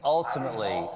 ULTIMATELY